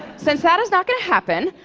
since that is not going to happen,